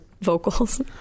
vocals